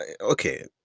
okay